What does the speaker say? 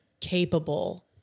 capable